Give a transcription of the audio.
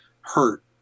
hurt